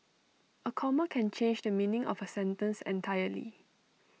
A comma can change the meaning of A sentence entirely